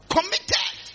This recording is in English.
Committed